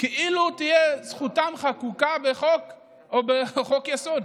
כאילו תהיה זכותם חקוקה בחוק או בחוק-יסוד.